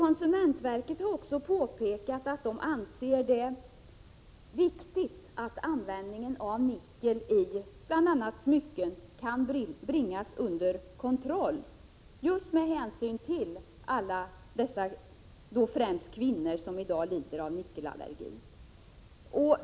Konsumentverket har också påpekat att man anser det viktigt att användningen av nickel i bl.a. smycken kan bringas under kontroll, just med hänsyn till alla dessa, främst kvinnor, som i dag lider av nickelallergi.